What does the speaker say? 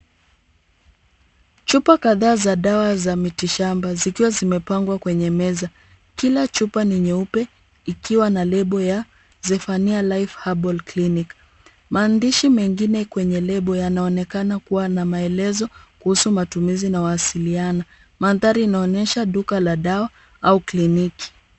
Chupa kadhaa za dawa za miti shamba zikiwa zimepangwa kwenye meza. Kila chupa ni nyeupe ikiwa na lebo ya Zephania life herbal clinic. Maandishi mengine kwenye lebo yanaonekana kuwa na maelezo kuhusu matumizi na wasiliana. Mandhari inaonyesha duka la dawa au kliniki.